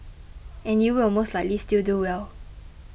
and you will most likely still do well